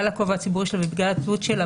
ובגלל הכובע הציבורי שלה ובגלל התלות שלה